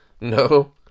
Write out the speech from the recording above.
No